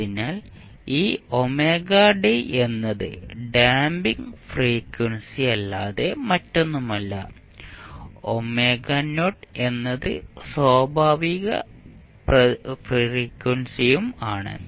അതിനാൽ ഈ എന്നത് ഡാംപിംഗ് ഫ്രീക്വൻസി അല്ലാതെ മറ്റൊന്നുമല്ല എന്നത് സ്വാഭാവിക ഫ്രീക്വൻസിയും ആണ്